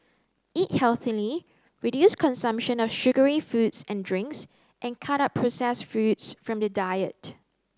eat healthily reduce consumption of sugary foods and drinks and cut out processed foods from the diet